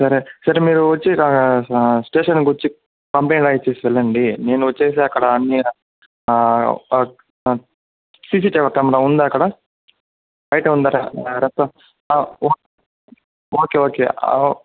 సరే సరే మీరు వచ్చి రా స స్టేషన్లో వచ్చి కంప్లైంట్ రాసిచ్చేసి వెళ్ళండి నేనొచ్చేసి అక్కడన్నీ సీసీ టీవీ కెమెరా ఉందా అక్కడ అయితే ఉందరా నాగరత్నం ఓకే ఓకే